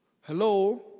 Hello